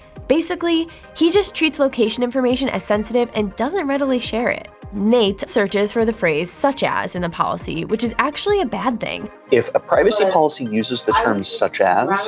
basically, he just treats location information as sensitive and doesn't readily share it. nate searches for the phrase such as in the policy, which is actually a bad thing. if a privacy policy uses the term such as,